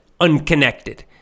unconnected